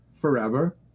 forever